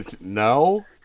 No